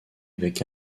avec